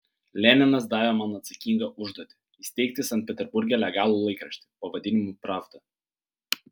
leninas davė man atsakingą užduotį įsteigti sankt peterburge legalų laikraštį pavadinimu pravda